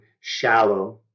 shallow